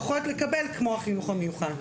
מבקשים לפחות לקבל כמו החינוך המיוחד.